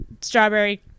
strawberry